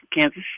Kansas